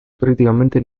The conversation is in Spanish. prácticamente